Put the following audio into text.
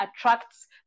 attracts